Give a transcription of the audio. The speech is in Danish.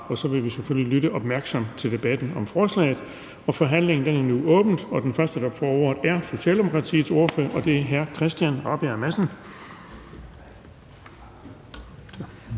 og vi vil selvfølgelig lytte opmærksomt til debatten om forslaget. Forhandlingen er åbnet, og den første, der får ordet, er Socialdemokratiets ordfører, og det hr. Christian Rabjerg Madsen.